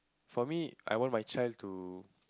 for me I want my child to